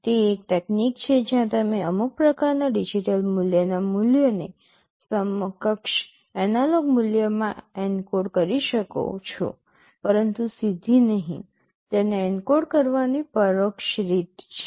તે એક તકનીક છે જ્યાં તમે અમુક પ્રકારના ડિજિટલ મૂલ્યના મૂલ્યને સમકક્ષ એનાલોગ મૂલ્યમાં એન્કોડ કરી શકો છો પરંતુ સીધી નહીં તેને એન્કોડ કરવાની પરોક્ષ રીત છે